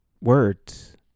words